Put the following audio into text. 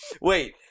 Wait